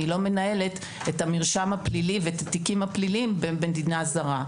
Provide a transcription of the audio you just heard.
אני לא מנהלת את המרשם הפלילי ואת התיקים הפליליים במדינה זרה.